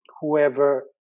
whoever